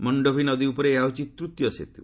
ମାନ୍ତୋଭି ନଦୀ ଉପରେ ଏହା ହେଉଛି ତୃତୀୟ ସେତୁ